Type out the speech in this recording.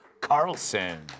Carlson